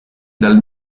dal